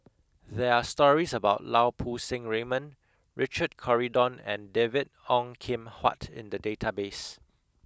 there are stories about Lau Poo Seng Raymond Richard Corridon and David Ong Kim Huat in the database